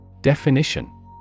Definition